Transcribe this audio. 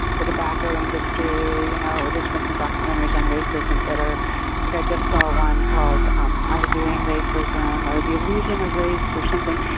the tobacco industry, you know there's been some documentaries on racism that like i just saw one called, um undoing racism or the illusion of race or something.